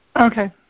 Okay